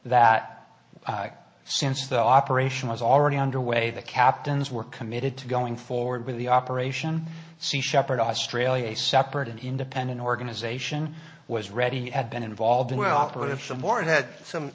that since the operation was already underway the captains were committed to going forward with the operation sea shepherd australia a separate and independent organisation was ready had been involved in well thought of some more and had some